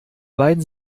beiden